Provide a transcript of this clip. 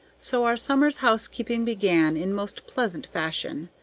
so our summer's housekeeping began in most pleasant fashion.